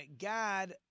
God